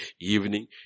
Evening